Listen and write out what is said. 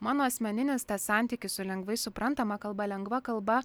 mano asmeninis tas santykis su lengvai suprantama kalba lengva kalba